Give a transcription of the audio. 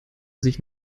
sich